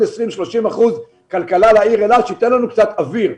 30-20 אחוזים כלכלה לעיר אילת שייתנו לנו קצת אוויר.